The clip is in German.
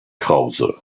krause